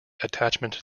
attachment